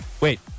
Wait